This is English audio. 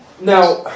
Now